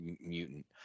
mutant